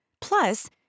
Plus